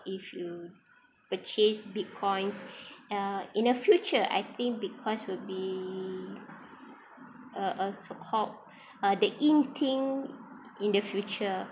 if you purchase Bitcoins uh in the future I think Bitcoins will be a a so called uh the in thing in the future